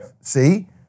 see